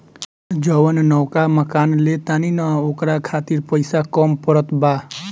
जवन नवका मकान ले तानी न ओकरा खातिर पइसा कम पड़त बा